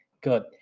Good